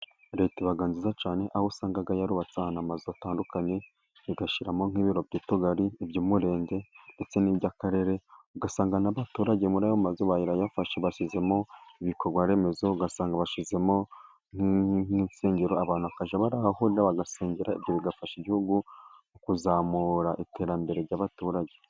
leta iba nziza cyane aho usanga yarubatse amazu atandukanye igashyiramo nk'ibiro by'utugari, iby'umurenge ndetse n'iby'akarere. Ugasanga n'abaturage muri ayo mazu barayafashe, bashyizemo ibikorwaremezo, ugasanga bashyizemo nk'insengero abantu bakajya bahahurira bakahasengera, ibyo bigafasha igihugu mu kuzamura iterambere ry'abaturage.